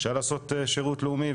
אפשר לעשות שירות לאומי,